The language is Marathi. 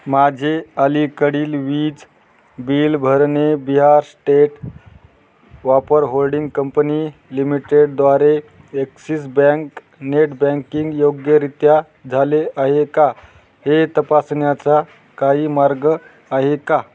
माझे अलीकडील वीज बिल भरणे बिहार स्टेट वापर होल्डिंग कंपनी लिमिटेडद्वारे ॲक्सिस बँक नेट बँकिंग योग्यरित्या झाले आहे का हे तपासण्याचा काही मार्ग आहे का